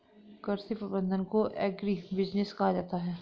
कृषि प्रबंधन को एग्रीबिजनेस कहा जाता है